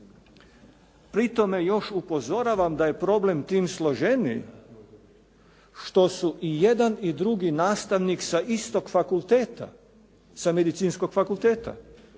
Pri tome još upozoravam da je problem tim složeniji što su i jedan i drugi nastavnik sa istog fakulteta, sa Medicinskog fakulteta